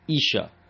Isha